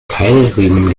keilriemen